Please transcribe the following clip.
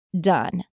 done